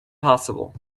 possible